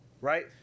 right